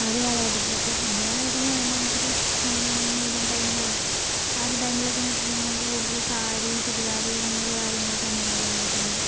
ആദ്യ കാലഘട്ടത്തിലൊക്കെ ആദ്യ കാലഘട്ടം എന്ന് പറയണ്ട നമുക്കൊരു മീഡിയം ടൈമെന്ന് പറയാം ആ ഒരു ടൈമിലൊക്കെന്ന് വെച്ചിട്ടുണ്ടെങ്കിൽ നമുക്ക് കൂടുതലും സാരി ചുരിദാറ് അങ്ങനെയുള്ള കാര്യങ്ങളൊക്കെയാണ് എല്ലാവരും ഉപയോഗിക്കുന്നത്